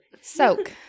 soak